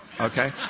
Okay